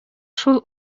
шул